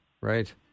Right